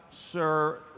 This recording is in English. Sir